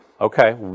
okay